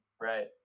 Right